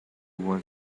was